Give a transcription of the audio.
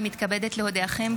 אני מתכבדת להודיעכם,